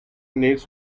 needs